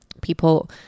people